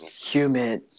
Humid